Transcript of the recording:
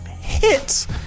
hits